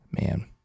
Man